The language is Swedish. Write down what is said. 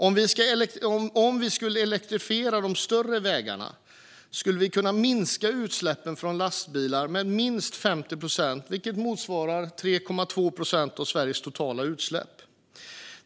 Om vi skulle elektrifiera de större vägarna skulle vi kunna minska utsläppen från lastbilar med minst 50 procent, vilket motsvarar 3,2 procent av Sveriges totala utsläpp.